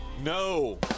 No